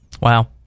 Wow